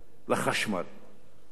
מזה כשבוע יושב כאן